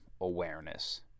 awareness